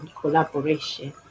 collaboration